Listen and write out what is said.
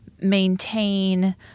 maintain